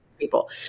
people